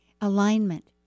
alignment